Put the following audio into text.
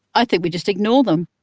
i think we just ignore them.